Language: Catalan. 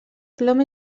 plom